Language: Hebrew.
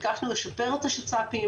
ביקשנו לשפר את השצ"פים,